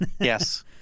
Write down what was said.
Yes